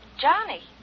Johnny